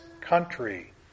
country